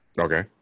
Okay